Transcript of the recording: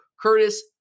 Curtis